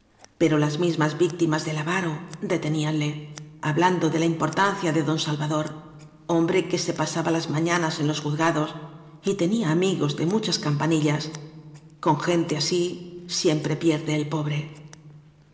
pero las mismas víctimas del avaro deteníanle hablando de la importancia de don salvador hombre que se pasaba las mañanas en los juz gados y tenía amigos de muchas campanillas con gente así siempre pierde el pobre